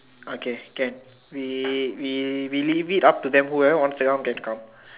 okay can we we we leave it up to them whoever wants to come can come